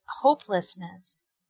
hopelessness